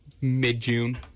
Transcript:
mid-June